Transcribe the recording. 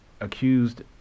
accused